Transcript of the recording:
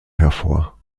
hervor